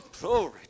Glory